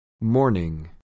Morning